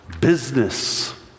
business